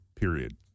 period